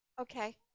Okay